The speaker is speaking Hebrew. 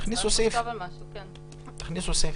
תכניסו סעיף